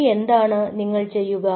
ഇനി എന്താണ് നിങ്ങൾ ചെയ്യുക